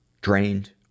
drained